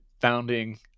founding